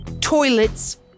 toilets